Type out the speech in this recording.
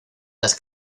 las